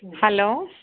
hello